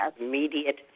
immediate